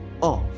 off